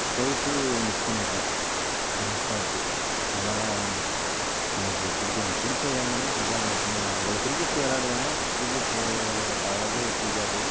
போயிட்டு மிஸ் பண்ணிட்டோம் விட்டாச்சு நல்லா தான் விளாண்டோம் எனக்கு பிடிச்ச பிடிச்ச கேமுன்னா ஃபுட்பால் மட்டுந்தான் வேற எதுவுமில்ல கிரிக்கெட்டு விளாடுவேன் கிரிக்கெட்டு பட் அவ்வளோக்கு பிடிக்காது